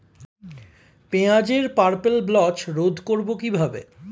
পেঁয়াজের purple blotch রোধ করবো কিভাবে?